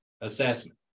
assessment